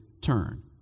turn